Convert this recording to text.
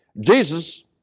Jesus